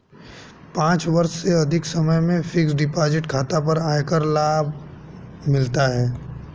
पाँच वर्ष से अधिक समय के फ़िक्स्ड डिपॉज़िट खाता पर आयकर का लाभ मिलता है